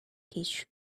tissue